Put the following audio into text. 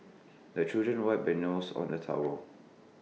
the children wipe their noses on the towel